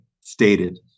stated